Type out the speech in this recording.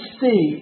see